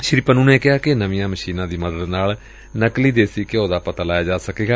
ਸ੍ਰੀ ਪੰਨੁ ਨੇ ਕਿਹਾ ਕਿ ਨਵੀਆਂ ਮਸ਼ੀਨਾਂ ਦੀ ਮਦਦ ਨਾਲ ਨਕਲੀ ਦੇਸੀ ਘਿਉ ਦਾ ਪਤਾ ਲਗਾਇਆ ਜਾ ਸਕੇਗਾ